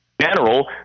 general